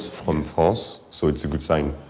from france. so it's a good sign.